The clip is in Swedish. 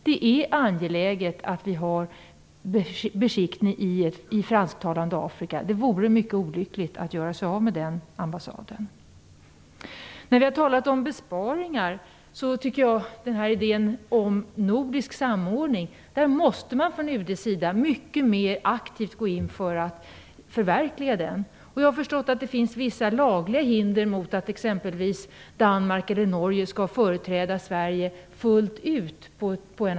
Det är angeläget att vi har en beskickning i det fransktalande Afrika. Det vore mycket olyckligt att göra sig av med den ambassaden. När det gäller besparingar och idén om nordisk samordning måste man från UD mycket mera aktivt gå in för att förverkliga den idén. Jag har förstått att det finns vissa lagliga hinder mot att t.ex. Danmark eller Norge skall företräda Sverige fullt ut.